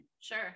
Sure